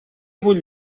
vull